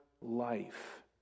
life